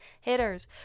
hitters